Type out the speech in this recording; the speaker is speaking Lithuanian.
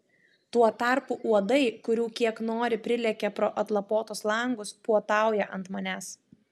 tuo tarpu uodai kurių kiek nori prilekia pro atlapotus langus puotauja ant manęs